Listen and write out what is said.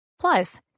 Plus